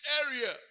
area